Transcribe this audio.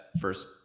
first